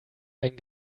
ein